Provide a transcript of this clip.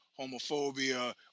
homophobia